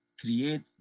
create